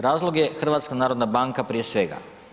Razlog je HNB prije svega.